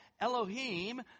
Elohim